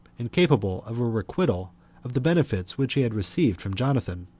and capable of a requital of the benefits which he had received from jonathan.